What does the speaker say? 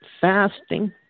fasting